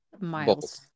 miles